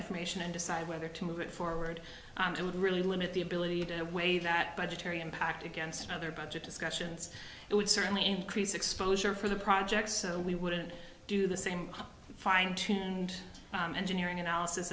information and decide whether to move it forward and it would really limit the ability to weigh that budgetary impact against other budget discussions it would certainly increase exposure for the project so we wouldn't do the same fine tuned engineering analysis